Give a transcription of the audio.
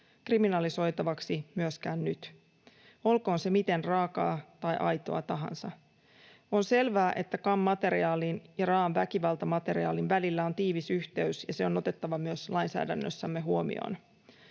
kriminalisoitavaksi myöskään nyt, olkoon se miten raakaa tai aitoa tahansa. On selvää, että CAM-materiaalin ja raa’an väkivaltamateriaalin välillä on tiivis yhteys, ja se on otettava myös lainsäädännössämme huomioon.